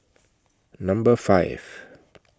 Number five